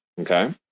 okay